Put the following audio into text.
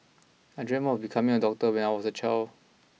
I dreamt of becoming a doctor when I was a child